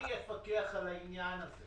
מי יפקח על העניין הזה?